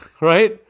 Right